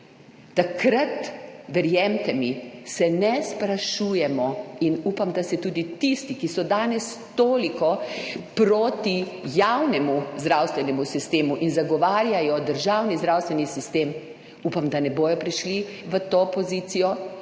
takrat verjemite mi, se ne sprašujemo in upam, da se tudi tisti, ki so danes toliko proti javnemu zdravstvenemu sistemu in zagovarjajo državni zdravstveni sistem, upam, da ne bodo prišli v to pozicijo,